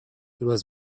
was